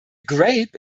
grape